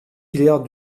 hilaire